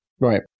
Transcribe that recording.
Right